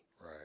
Right